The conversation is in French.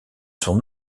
son